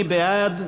מי בעד?